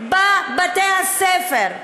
בבתי הספר,